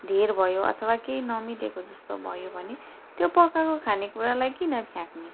धेर भयो अथवा केही नमिलेको जस्तो भयो भने त्यो पकाएको खानेकुरालाई किन फ्याँक्ने